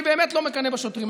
אני באמת לא מקנא בשוטרים,